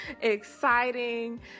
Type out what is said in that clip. exciting